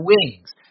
wings